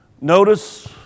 Notice